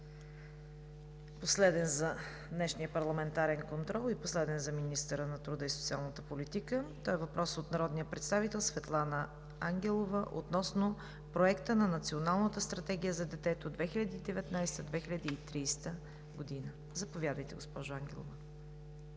последен за днешния парламентарен контрол и последен за министъра на труда и социалната политика. Той е въпрос от народния представител Светлана Ангелова относно Проекта на Националната стратегия за детето 2019 – 2030 г. Заповядайте, госпожо Ангелова.